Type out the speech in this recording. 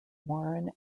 warren